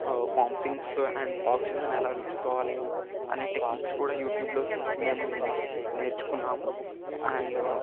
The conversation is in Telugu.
వామిటింగ్స్ అండ్ ఆక్సిజన్ ఎలా తీసుకోవాలి అనే టెక్నిక్స్ కూడ యూట్యూబ్లో చూసి మేము నేర్చుకున్నాము అండ్